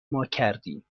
ماکردیم